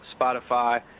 Spotify